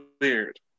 weird